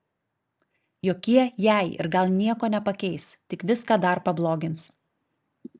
jokie jei ir gal nieko nepakeis tik viską dar pablogins